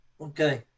Okay